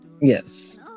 Yes